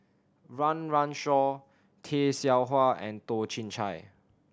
Run Run Shaw Tay Seow Huah and Toh Chin Chye